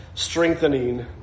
Strengthening